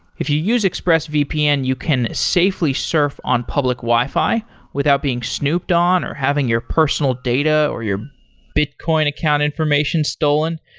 if you use expressvpn, you can safely surf on public wi-fi without being snooped on or having your personal data or your bitcoin account information stolen.